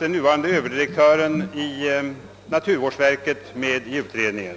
den nuvarande Ööverdirektören i naturvårdsverket med i utredningen.